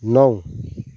नौ